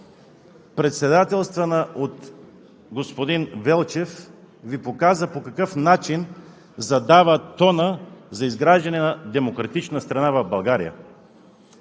председателствана от господин Велчев, Ви показа по какъв начин задава тона за изграждане на демократична България.